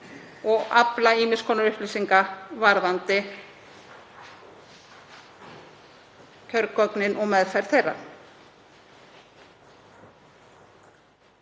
og afla ýmiss konar upplýsinga varðandi kjörgögnin og meðferð þeirra.